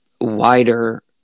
wider